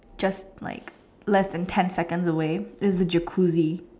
just like less than ten seconds away is the jacuzzi